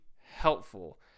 helpful